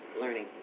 Learning